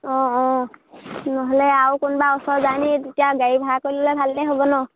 অঁ অঁ নহ'লে আৰু কোনোবা ওচৰৰ যায়নি তেতিয়া গাড়ী ভাড়া কৰিলে ভালেই হ'ব নহ্